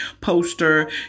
poster